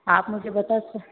आप मुझे बता